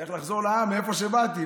צריך לחזור לעם, מאיפה שבאתי.